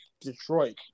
Detroit